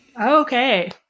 Okay